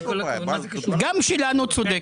גם שלנו צודקת.